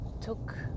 took